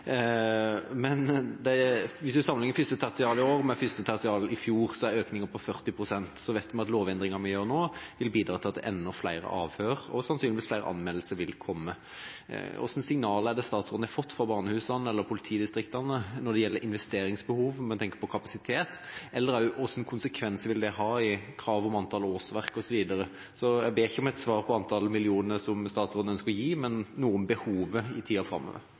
Hvis en sammenligner 1. tertial i år med 1. tertial i fjor, er økninga på 40 pst. Så vet vi at lovendringa vi gjør nå, vil bidra til at enda flere avhør og sannsynligvis enda flere anmeldelser vil komme. Hvilke signaler har statsråden fått fra barnehusene eller politidistriktene om investeringsbehov når en tenker på kapasitet, og hvilke konsekvenser vil det ha for krav om antall årsverk osv.? Jeg ber ikke om et svar med et antall millioner kroner som statsråden ønsker å gi, men noe om behovet i tida framover.